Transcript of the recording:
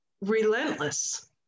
relentless